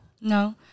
no